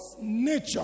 nature